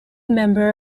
member